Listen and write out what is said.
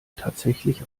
tatsächlich